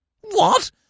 What